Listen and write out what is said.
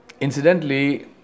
Incidentally